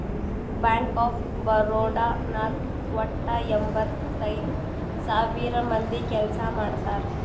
bank of Baroda ನಾಗ್ ವಟ್ಟ ಎಂಭತ್ತೈದ್ ಸಾವಿರ ಮಂದಿ ಕೆಲ್ಸಾ ಮಾಡ್ತಾರ್